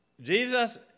Jesus